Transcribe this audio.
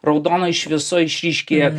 raudonoj šviesoj išryškėja